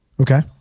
Okay